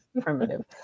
primitive